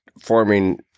Forming